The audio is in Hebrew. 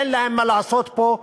אין להם מה לעשות פה.